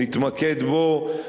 נתמקד בו,